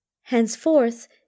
Henceforth